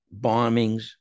bombings